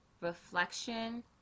reflection